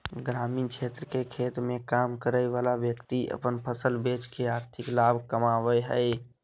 ग्रामीण क्षेत्र के खेत मे काम करय वला व्यक्ति अपन फसल बेच के आर्थिक लाभ कमाबय हय